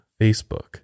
Facebook